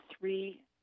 three